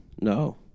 No